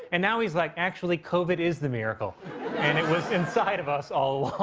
and now he's like, actually, covid is the miracle and it was inside of us all